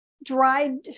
dried